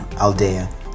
Aldea